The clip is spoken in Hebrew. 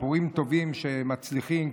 סיפורים טובים שמצליחים,